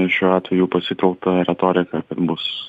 šiuo atveju pasitelkta retorika kad bus